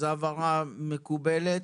אז ההבהרה מקובלת?